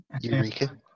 Eureka